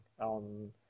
on